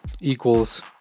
equals